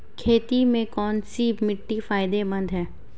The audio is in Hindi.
खेती में कौनसी मिट्टी फायदेमंद है?